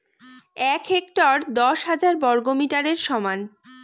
এক হেক্টর দশ হাজার বর্গমিটারের সমান